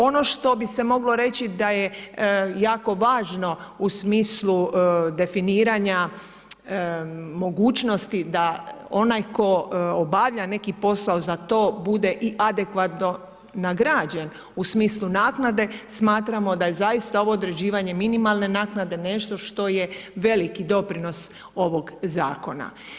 Ono što bi se moglo reći da je jako važno u smislu definiranja mogućnosti da onaj tko obavlja neki posao za to, bude i adekvatno nagrađen u smislu naknade, smatramo da je zaista ovo određivanje minimalne naknade nešto što je veliki doprinos ovog zakona.